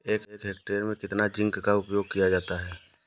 एक हेक्टेयर में कितना जिंक का उपयोग किया जाता है?